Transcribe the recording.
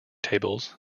tables